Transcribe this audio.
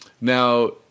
Now